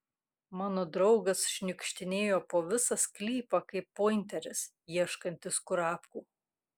mano draugas šniukštinėjo po visą sklypą kaip pointeris ieškantis kurapkų